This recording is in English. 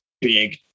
big